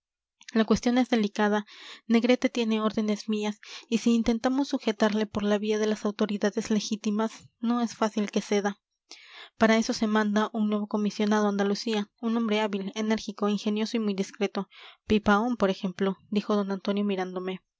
la cuestión es delicada negrete tiene órdenes mías y si intentamos sujetarle por la vía de las autoridades legítimas no es fácil que ceda para eso se manda un nuevo comisionado a andalucía un hombre hábil enérgico ingenioso y muy discreto pipaón por ejemplo dijo d antonio mirándome